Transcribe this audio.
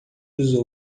dos